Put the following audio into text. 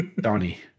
Donnie